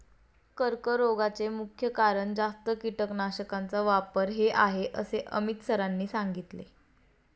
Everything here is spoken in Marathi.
कर्करोगाचे मुख्य कारण जास्त कीटकनाशकांचा वापर हे आहे असे अमित सरांनी सांगितले